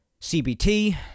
CBT